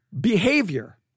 behavior